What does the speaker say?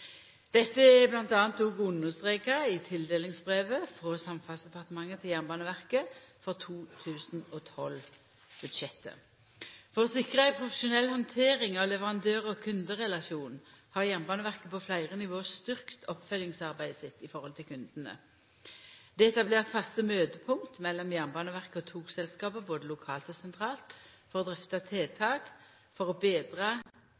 Dette er m.a. òg understreka i tildelingsbrevet frå Samferdselsdepartementet til Jernbaneverket for 2012-budsjettet. For å sikra ei profesjonell handtering av leverandør- og kunderelasjonen har Jernbaneverket på fleire nivå styrkt oppfølgingsarbeidet sitt i forhold til kundane. Det er etablert faste møtepunkt mellom Jernbaneverket og togselskapa både lokalt og sentralt for å drøfta tiltak for å